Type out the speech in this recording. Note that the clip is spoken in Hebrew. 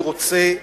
אני רוצה,